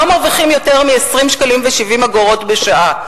שלא מרוויחים יותר מ-20 שקלים ו-70 אגורות בשעה.